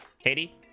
katie